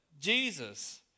Jesus